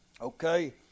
Okay